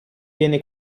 viene